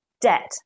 debt